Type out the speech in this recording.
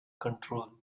control